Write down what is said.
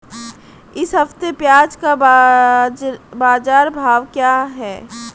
इस हफ्ते प्याज़ का बाज़ार भाव क्या है?